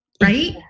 Right